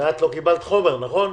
ואת לא קיבלת חומר, נכון?